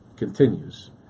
continues